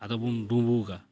ᱟᱫᱚ ᱵᱚᱱ ᱰᱩᱢᱵᱩᱜᱟ